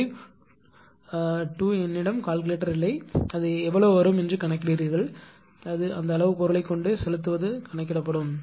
952 என்னிடம் கால்குலேட்டர் இல்லை அது எவ்வளவு வரும் என்று கணக்கிடுகிறீர்கள் அது அந்த அளவு பொருளைக் கொண்டு செலுத்துவது கணக்கிடப்படும்